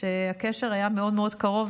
הקשר היה מאוד מאוד קרוב,